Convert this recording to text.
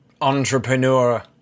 entrepreneur